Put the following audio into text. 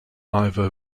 either